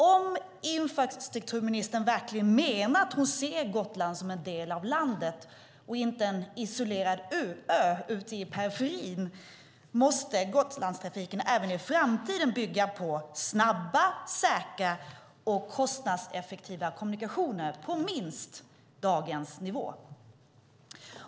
Om infrastrukturministern verkligen menar att hon ser Gotland som en del av landet och inte en isolerad ö ute i periferin måste Gotlandstrafiken även i framtiden bygga på snabba, säkra och kostnadseffektiva kommunikationer på minst dagens nivå.